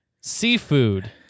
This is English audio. Seafood